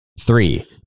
Three